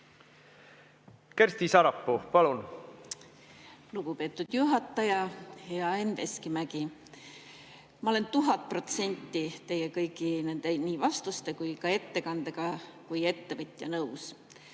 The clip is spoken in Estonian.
Kersti Sarapuu, palun! Lugupeetud juhataja! Hea Enn Veskimägi! Ma olen tuhat protsenti kõigi teie vastuste kui ka ettekandega kui ettevõtja nõus.